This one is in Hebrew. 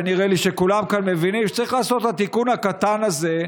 ונראה לי שכולם כאן מבינים שצריך לעשות את התיקון הקטן הזה.